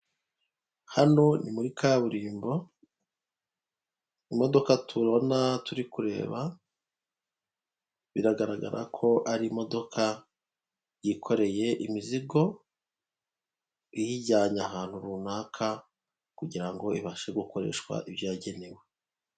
Hano ni muri kaburimbo, imodoka tubona turi kureba, biragaragara ko ari imodoka yikoreye imizigo, iyijyana ahantu runaka kugira ngo ibashe gukoreshwa ibyo yagenewe.